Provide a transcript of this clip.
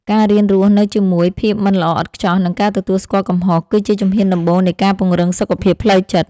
ការរៀនរស់នៅជាមួយភាពមិនល្អឥតខ្ចោះ និងការទទួលស្គាល់កំហុស គឺជាជំហានដំបូងនៃការពង្រឹងសុខភាពផ្លូវចិត្ត។